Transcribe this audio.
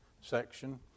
section